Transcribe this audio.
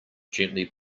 gently